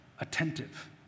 Attentive